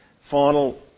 final